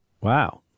Wow